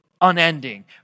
unending